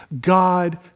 God